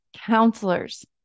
counselors